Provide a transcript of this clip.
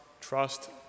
trust